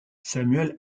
samuel